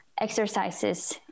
exercises